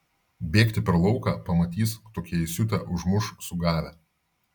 bėgti per lauką pamatys tokie įsiutę užmuš sugavę